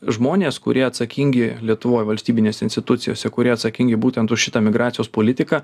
žmonės kurie atsakingi lietuvoj valstybinėse institucijose kurie atsakingi būtent už šitą migracijos politiką